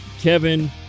Kevin